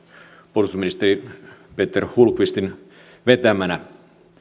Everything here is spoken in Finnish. puolustusministeri peter hultqvistin vetämänä